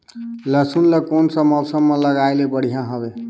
लसुन ला कोन सा मौसम मां लगाय ले बढ़िया हवे?